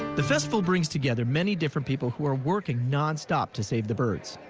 the festival brings together many different people who are working nonstop to save the birds.